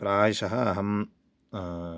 प्रायशः अहं